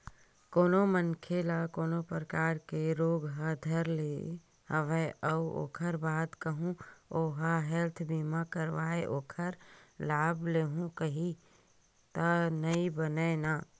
कोनो मनखे ल कोनो परकार के रोग ह धर ले हवय अउ ओखर बाद कहूँ ओहा हेल्थ बीमा करवाके ओखर लाभ लेहूँ कइही त नइ बनय न